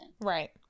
Right